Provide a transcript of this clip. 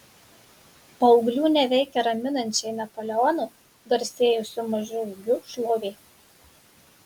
paauglių neveikia raminančiai napoleono garsėjusio mažu ūgiu šlovė